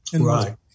Right